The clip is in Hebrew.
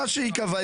מה שייקבע,